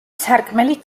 სარკმელი